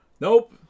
Nope